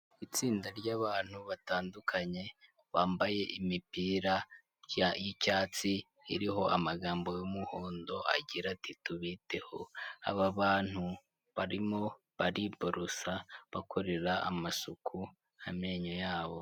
Itsinda ry'abantu batandukanye bambaye imipira y'icyatsi iriho amagambo y'umuhondo agira ati tubiteho. Aba bantu barimo bariborosa bakorera amasuku amenyo yabo.